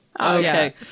okay